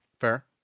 fair